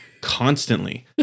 constantly